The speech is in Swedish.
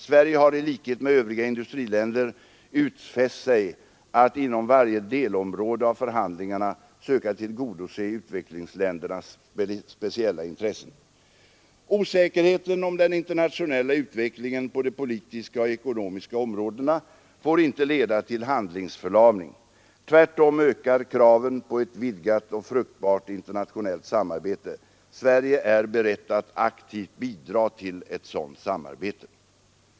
Sverige har i likhet med övriga industriländer utfäst sig att inom varje delområde av förhandlingarna söka tillgodose utvecklingsländernas speciella intressen. Osäkerheten om den internationella utvecklingen på de politiska och ekonomiska områdena får inte leda till handlingsförlamning. Tvärtom ökar kraven på ett vidgat och fruktbart internationellt samarbete. Sverige är berett att aktivt bidra till ett sådant samarbete.